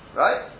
right